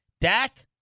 Dak